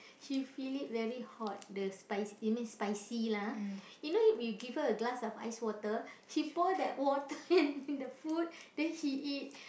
she feel it very hot the spice you know spicy lah you know if you give her a glass of ice water she pour tht water in in the food then she eat